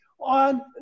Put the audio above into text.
on